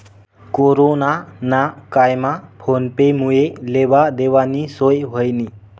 corona ना कायमा phone पे मुये लेवा देवानी सोय व्हयनी